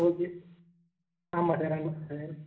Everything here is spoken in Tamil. ஓகே ஆமாம் சார் ஆமாம் சார்